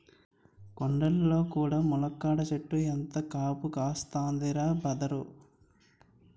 కొండల్లో కూడా ములక్కాడల సెట్టు ఎంత కాపు కాస్తందిరా బదరూ